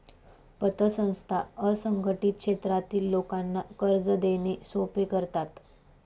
पतसंस्था असंघटित क्षेत्रातील लोकांना कर्ज देणे सोपे करतात